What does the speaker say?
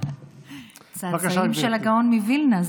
צאצאים של הגאון מווילנה.